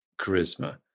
charisma